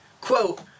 quote